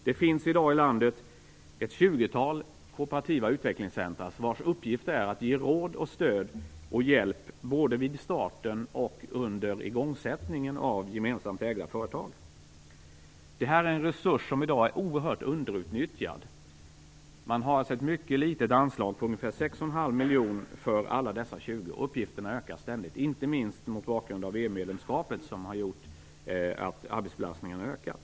Det finns i dag ett tjugotal kooperativa utvecklingscentrer i landet vars uppgift är att ge råd, stöd och hjälp både vid starten och under igångsättningen av gemensamt ägda företag. Det här är en resurs som i dag är oerhört underutnyttjad. Man har ett mycket litet anslag på ungefär 61⁄2 miljon för alla dessa 20, och uppgifterna ökar ständigt. Inte minst har EU medlemskapet gjort att arbetsbelastningen har ökat.